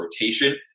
rotation